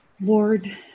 Lord